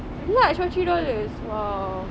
large for three dollars !wow!